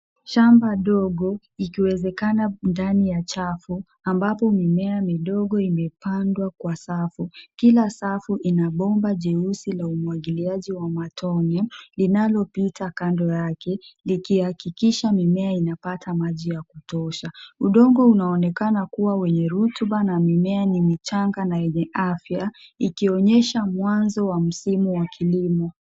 Shamba ndogo ikiwezekana ndani ya chafu ambapo mimea midogo imepandwa kwa safu. Kila safu ina bomba jeusi la umwagiliaji wa matone linalopita kando yake likihakikisha kuwa mimea inapata maji ya kutosha. Udongo unaonekana kuwa wenye rutuba na mimea ni michanga yenye afya ikionyesha mwanzo wa msimu wa kilimo.